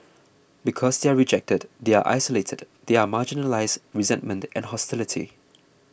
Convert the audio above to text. because they are rejected they are isolated they are marginalised resentment and hostility